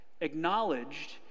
acknowledged